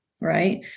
right